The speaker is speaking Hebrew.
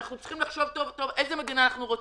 אנחנו צריכים לחשוב טוב טוב איזו מדינה אנחנו רוצים.